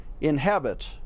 inhabit